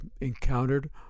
encountered